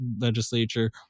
legislature